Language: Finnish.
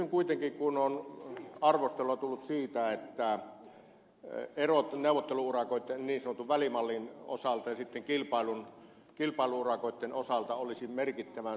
kysyn kuitenkin kun on arvostelua tullut siitä että erot neuvottelu urakoitten niin sanotun välimallin osalta ja sitten kilpailu urakoitten osalta olisivat merkittävän suuria